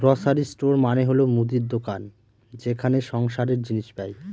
grocery store মানে হল মুদির দোকান যেখানে সংসারের জিনিস পাই